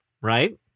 right